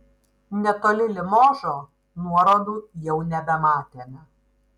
netoli limožo nuorodų jau nebematėme